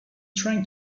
trying